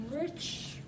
rich